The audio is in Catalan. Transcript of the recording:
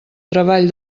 treball